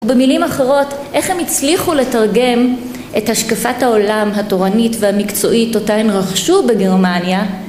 במילים אחרות איך הם הצליחו לתרגם את השקפת העולם התורנית והמקצועית אותה הן רכשו בגרמניה